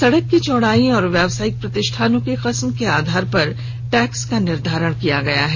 सड़क की चौड़ाई और व्यवसायिक प्रतिष्ठानों के किस्म के आधार पर टैक्स का निर्धारण किया गया है